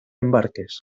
embarques